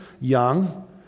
young